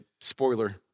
spoiler